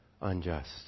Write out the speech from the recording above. unjust